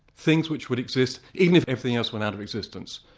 things which would exist even if everything else went out of existence.